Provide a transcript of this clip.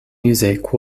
music